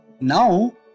now